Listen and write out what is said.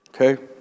Okay